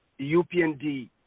upnd